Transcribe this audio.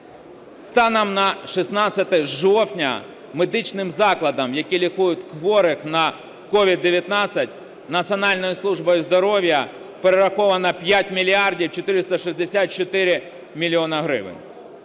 Станом на 16 жовтня медичним закладам, які лікують хворих на COVID-19, Національною службою здоров'я перераховано 5 мільярдів 464 мільйони